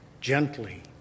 Gently